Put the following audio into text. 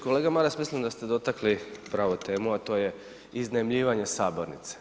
Kolega Maras mislim da ste dotakli pravu temu, a to je iznajmljivanje sabornice.